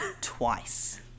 Twice